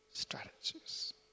strategies